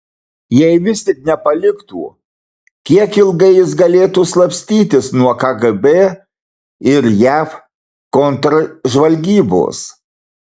jei vis tik nepaliktų kiek ilgai jis galėtų slapstytis nuo kgb ir jav kontržvalgybos